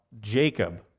Jacob